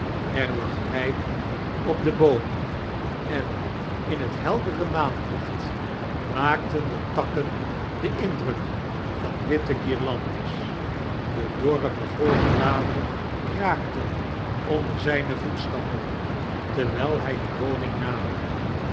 eir lag rijp op de boomen en in het heldere maanlicht maakten de takken den indruk van witte guirlandes de dome bevroren bladeren kraakten onder zijne voetstappen terwijl hij de woning naderde